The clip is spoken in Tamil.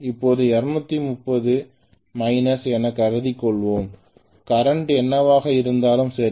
இப்பொழுது 230 மைனஸ் எனக் கருதிக் கொள்வோம் கரண்ட் என்னவாக இருந்தாலும் சரி